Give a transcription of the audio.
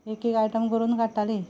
एक एक आयटम करून काडटालीं